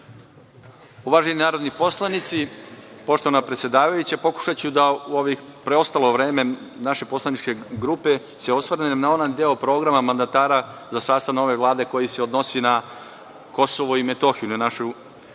Uvaženi narodni poslanici, poštovana predsedavajuća, pokušaću da za preostalo vreme naše poslaničke grupe se osvrnem na onaj deo programa mandatara za sastav nove Vlade koji se odnosi na KiM, na našu autonomnu